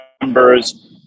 members